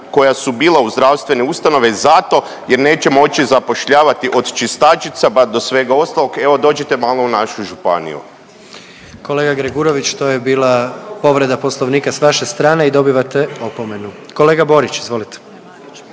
koja su bila u zdravstvene ustanove, zato jer neće moći zapošljavati od čistačica, pa do svega ostalog. Evo dođite malo u našu županiju. **Jandroković, Gordan (HDZ)** Kolega Gregurović, to je bila povreda Poslovnika s vaše strane i dobivate opomenu. Kolega Borić, izvolite.